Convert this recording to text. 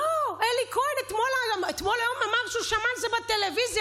אלי כהן אמר אתמול שהוא שמע על זה בטלוויזיה,